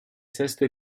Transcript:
sesto